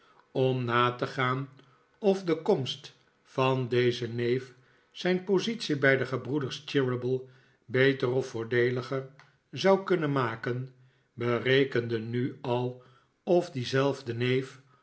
om na te gaan of de komst van dezen neef zijn positie bij de gebroeders cheeryble beter of voordeeliger zou kunnen maken berekende nu al of diezelfde nikolaas nickleby neef